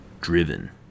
driven